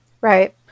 Right